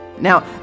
Now